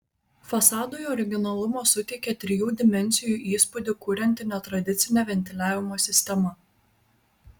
fasadui originalumo suteikia trijų dimensijų įspūdį kurianti netradicinė ventiliavimo sistema